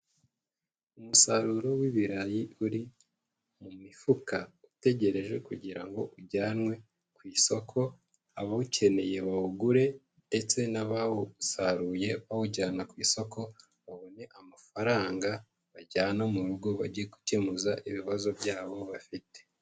Umusaruro w'ibirayi uri mu mifuka, utegereje kugira ngo ujyanwe ku isoko abawukeneye bawugure ndetse n'abawusaruye bawujyana ku isoko babone amafaranga bajyana mu rugo, bajye gukemuza ibibazo byabo bafite.